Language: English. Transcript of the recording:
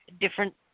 different